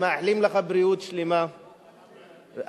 מאחלים לך בריאות שלמה, אמן.